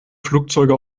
flugzeuge